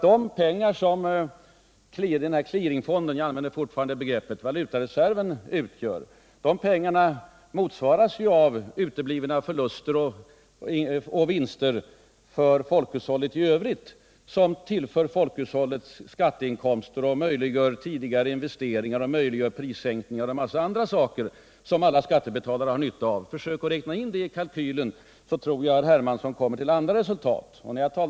De pengar som finns i clearingfonden — jag använder fortfarande detta begrepp — valutareserven motsvaras av uteblivna förluster och vinster för folkhushållet i övrigt, vilka tillför folkhushållet skatteinkomster, möjliggör tidigare investeringar, prissänkningar och en mängd annat, som alla skattebetalare har nytta av. Om herr Hermansson försöker räkna in det i kalkylen, tror jag att han kommer fram till andra resultat än de han här redovisat.